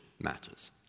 matters